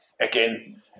again